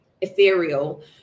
ethereal